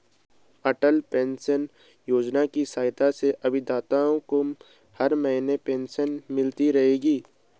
अटल pension योजना की सहायता से अभिदाताओं को हर महीने पेंशन मिलती रहेगी